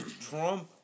Trump